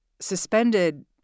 suspended